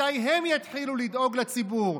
מתי הם יתחילו לדאוג לציבור?